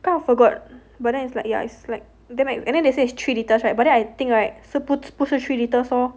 kind of forgot but then it's like ya then they say three litres right but then I think right 不是 three litres loh